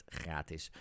gratis